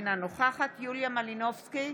אינה נוכחת יוליה מלינובסקי,